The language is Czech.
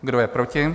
Kdo je proti?